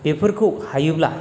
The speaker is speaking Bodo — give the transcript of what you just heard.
बेफोरखौ हायोब्ला